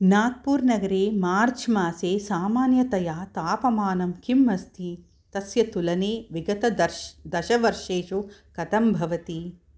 नाग्पूर् नगरे मार्च् मासे सामान्यतया तापमानं किम् अस्ति तस्य तुलने विगतदश् दशवर्षेषु कथं भवति